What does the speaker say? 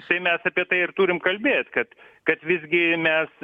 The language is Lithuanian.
tai mes apie tai ir turim kalbėt kad kad visgi mes